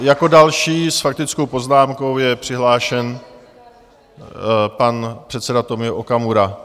Jako další s faktickou poznámkou je přihlášen pan předseda Tomio Okamura.